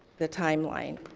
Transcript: the timeline,